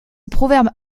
proverbe